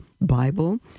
Bible